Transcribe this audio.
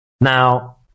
Now